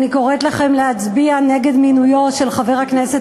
אני קוראת לכם להצביע נגד מינויו של חבר הכנסת